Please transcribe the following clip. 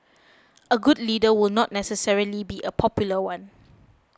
a good leader will not necessarily be a popular one